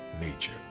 nature